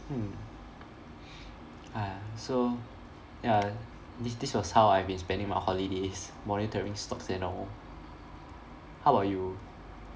hmm uh so ya this this was how I've been spending my holidays monitoring stocks and all how about you